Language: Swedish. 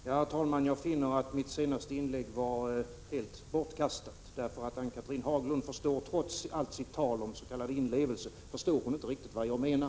Herr talman! Jag finner att mitt senaste inlägg var helt bortkastat. Trots allt sitt tal om inlevelse förstår Ann-Cathrine Haglund inte riktigt vad jag menar.